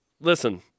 Listen